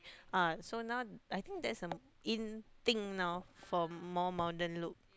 ah so now I think that's a in thing now for more modern look